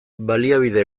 baliabide